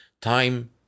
time